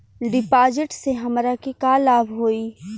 डिपाजिटसे हमरा के का लाभ होई?